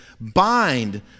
bind